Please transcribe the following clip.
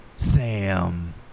Sam